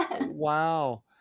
Wow